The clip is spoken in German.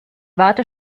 warte